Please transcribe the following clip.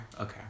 Okay